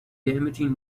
damaging